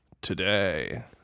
today